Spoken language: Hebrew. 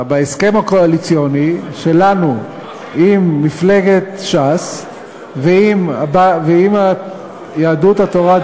בהסכם הקואליציוני שלנו עם מפלגת ש"ס ועם יהדות התורה,